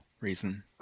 reason